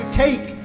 take